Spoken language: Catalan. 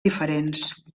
diferents